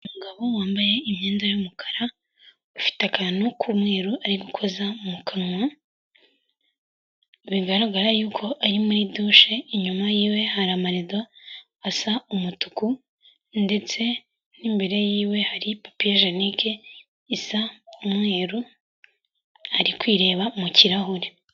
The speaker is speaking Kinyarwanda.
Umugabo wambaye imyenda y'umukara, ufite akantu k'umweru ari gukoza mu kanwa, bigaragara yuko ari muri douche, inyuma yiwe hari amarido asa umutuku ndetse n'imbere yiwe hari papiyejenike isa umweru, ari kwireba mu kirahure.